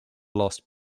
lost